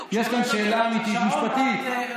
יש כאן שאלה משפטית אמיתית.